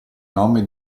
nome